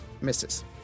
misses